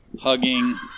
hugging